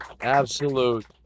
Absolute